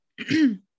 Okay